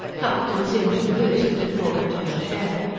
plucked and singed the goose that had fallen to her share.